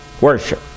Worship